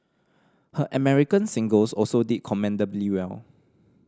her American singles also did commendably well